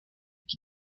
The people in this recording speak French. qui